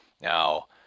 Now